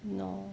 no